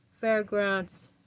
Fairgrounds